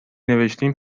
نوشتین